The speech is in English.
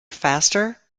faster